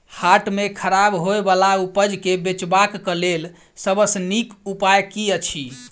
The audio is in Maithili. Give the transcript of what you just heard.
हाट मे खराब होय बला उपज केँ बेचबाक क लेल सबसँ नीक उपाय की अछि?